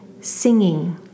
singing